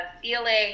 feeling